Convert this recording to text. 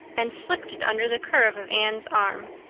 and slipped it under the curve of anne's arm.